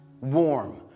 warm